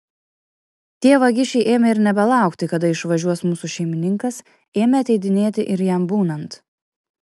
tie vagišiai ėmė ir nebelaukti kada išvažiuos mūsų šeimininkas ėmė ateidinėti ir jam būnant